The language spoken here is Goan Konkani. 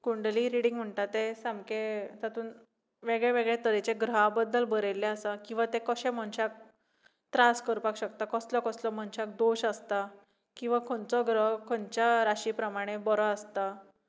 कुंडली म्हणटा ते सामकें तातूंत वेगळे वेगळे ग्रहाचे बद्दल बरयल्लें आसा किंवा ते कशें मनशाक त्रास करपाक शकता कसलो कसलो मनशाक दोश आसता किंवा खंयचो ग्रह खंयच्या राशी प्रमाणें बरो आसता